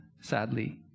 sadly